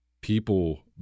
People